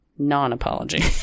non-apology